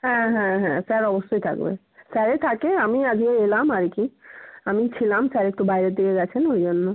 হ্যাঁ হ্যাঁ হ্যাঁ স্যার অবশ্যই থাকবে স্যারই থাকে আমি আজকে এলাম আর কি আমি ছিলাম স্যার একটু বাইরের দিকে গেছেন ওই জন্য